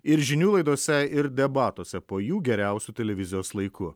ir žinių laidose ir debatuose po jų geriausiu televizijos laiku